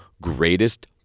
greatest